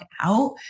out